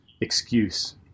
excuse